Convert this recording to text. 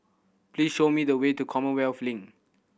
please show me the way to Commonwealth Link